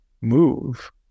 move